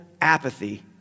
apathy